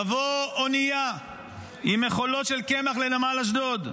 תבוא אונייה עם מכולות של קמח לנמל אשדוד.